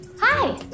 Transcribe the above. hi